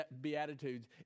Beatitudes